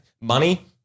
money